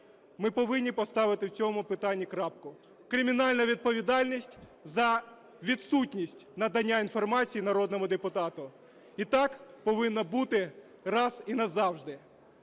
Ми повинні поставити в цьому питанні крапку. Кримінальна відповідальність за відсутність надання інформації народному депутату. І так повинно бути раз і назавжди.